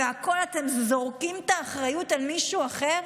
ובכול אתם זורקים את האחריות על מישהו אחר.